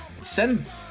send